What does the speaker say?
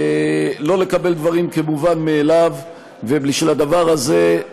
לא לקבל דברים כמובן מאליו, ובשביל הדבר הזה,